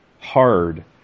hard